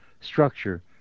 structure